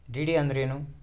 DD ಅಂದ್ರೇನು?